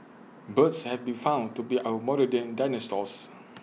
birds have been found to be our modern day dinosaurs